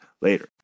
later